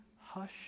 hush